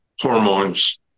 hormones